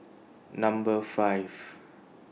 Number five